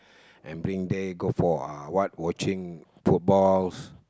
and bring them go for what watching footballs